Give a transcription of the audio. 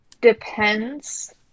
depends